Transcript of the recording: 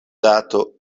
dato